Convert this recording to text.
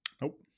Nope